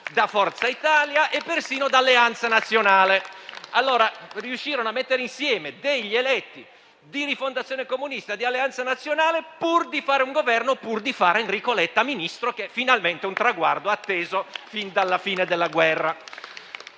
da Forza Italia e persino da Alleanza Nazionale. Allora riuscirono a mettere insieme degli eletti di Rifondazione Comunista e di alleanza Nazionale pur di fare un Governo, pur di fare Enrico Letta ministro, che era un traguardo atteso dalla fine della guerra.